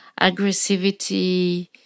aggressivity